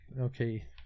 Okay